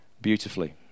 beautifully